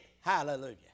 Hallelujah